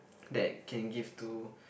that can give to